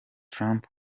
trump